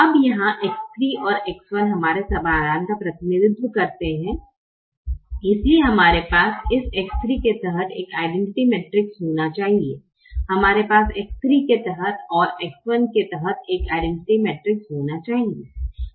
अब यहाँ X 3औरX 1हमारे समाधान का प्रतिनिधित्व करते हैं इसलिए हमारे पास इस X 3 के तहत एक आइडैनटिटि मैट्रिक्स होना चाहिए और इस X 1 के तहत एक आइडैनटिटि मैट्रिक्स होना चाहिए